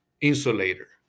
insulator